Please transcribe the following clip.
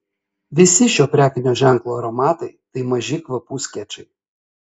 visi šio prekinio ženklo aromatai tai maži kvapų skečai